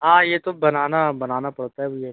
हाँ यह तो बनाना बनाना पड़ता है भैया